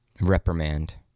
reprimand